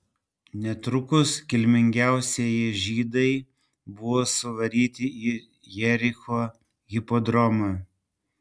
netrukus kilmingiausieji žydai buvo suvaryti į jericho hipodromą